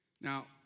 Now